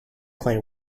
clay